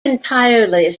entirely